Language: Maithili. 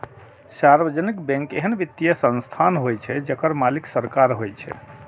सार्वजनिक बैंक एहन वित्तीय संस्थान होइ छै, जेकर मालिक सरकार होइ छै